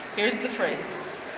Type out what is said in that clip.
here's the phrase.